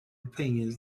opinions